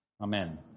Amen